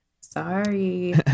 Sorry